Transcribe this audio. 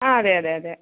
ആ അതെ അതെ അതെ